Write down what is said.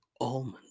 almond